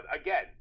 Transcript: again